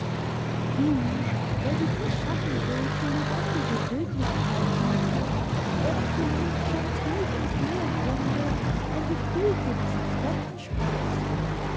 wie wenn sie dies schattenbild für lebendige wirklichkeit hielte während vielleicht schon tief im seelengrunde ein gefühl für diesen fremden sproßt